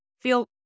Feel